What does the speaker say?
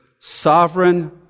Sovereign